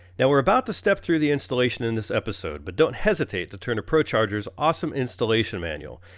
now we're about to step through the installation in this episode. but don't hesitate to turn to procharger's awesome installation manual.